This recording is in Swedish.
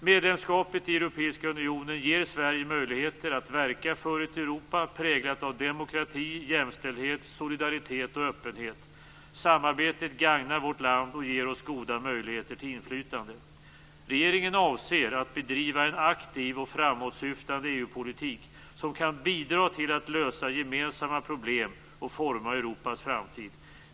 Medlemskapet i Europeiska unionen ger Sverige möjligheter att verka för ett Europa präglat av demokrati, jämställdhet, solidaritet och öppenhet. Samarbetet gagnar vårt land och ger oss goda möjligheter till inflytande. Regeringen avser att bedriva en aktiv och framåtsyftande EU-politik som kan bidra till att lösa gemensamma problem och forma Europas framtid.